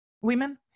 women